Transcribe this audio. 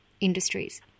industries